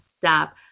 stop